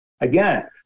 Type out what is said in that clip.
again